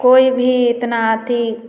कोई भी इतना अति